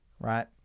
right